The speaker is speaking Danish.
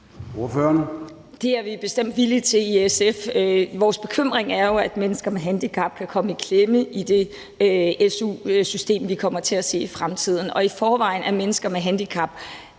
Det er vi bestemt villige til i SF. Vores bekymring er jo, at mennesker med handicap kan komme i klemme i det su-system, vi kommer til at se fremtiden. I forvejen er mennesker med handicap